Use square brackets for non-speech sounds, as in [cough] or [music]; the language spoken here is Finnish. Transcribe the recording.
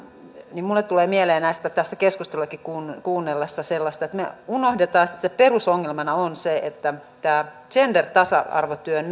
minulle tulee mieleen näistä tässä keskusteluakin kuunnellessa että me unohdamme että perusongelmana on se että gender tasa arvotyön [unintelligible]